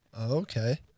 Okay